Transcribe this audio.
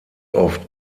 oft